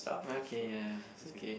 okay ya it's okay